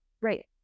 Right